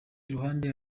ruhande